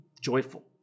joyful